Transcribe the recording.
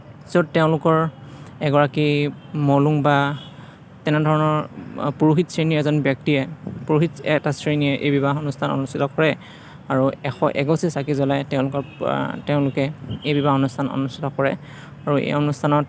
য'ত তেওঁলোকৰ এগৰাকী মৌলুং বা তেনেধৰণৰ পুৰোহিত শ্ৰেণীৰ এজন ব্যক্তিয়ে পুৰোহিত এটা শ্ৰেণীয়ে এই বিবাহ অনুষ্ঠান অনুষ্ঠিত কৰে আৰু এশ এগছি চাকি জ্বলাই তেওঁলোকৰ তেওঁলোকে এই বিবাহ অনুষ্ঠান অনুষ্ঠিত কৰে আৰু এই অনুষ্ঠানত